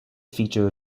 feature